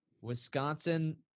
Wisconsin